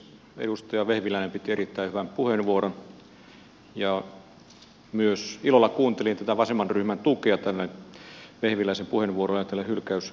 edustaja vehviläinen piti erittäin hyvän puheenvuoron ja ilolla kuuntelin myös tätä vasemman ryhmän tukea tälle vehviläisen puheenvuorolle ja hylkäysehdotukselle